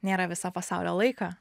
nėra viso pasaulio laiko